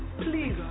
please